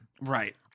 Right